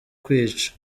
kwica